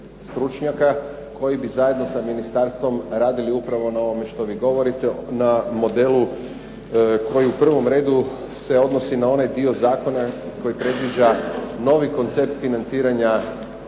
stručnjaka koji bi zajedno sa ministarstvom radili upravo na ovome što vi govorite, na modelu koji u prvom redu se odnosi na onaj dio zakona koji predviđa novi koncept financiranja